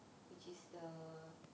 which is the